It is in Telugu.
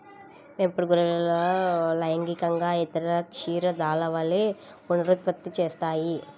పెంపుడు గొర్రెలు లైంగికంగా ఇతర క్షీరదాల వలె పునరుత్పత్తి చేస్తాయి